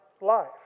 life